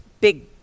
big